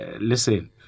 listen